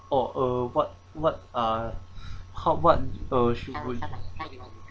oh uh what what are how what uh should